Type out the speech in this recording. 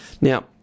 Now